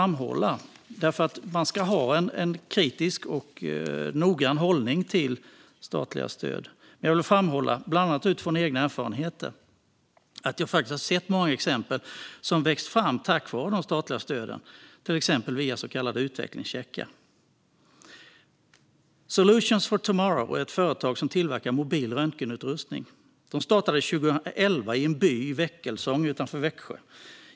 Man ska ha en kritisk och noggrann hållning till statliga stöd. Jag vill dock framhålla, bland annat utifrån egna erfarenheter, att jag har sett många exempel på företag som växt fram tack vare de statliga stöden, till exempel via så kallade utvecklingscheckar. Solutions for tomorrow är ett företag som tillverkar mobil röntgenutrustning. De startade 2011 i byn Väckelsång utanför Växjö.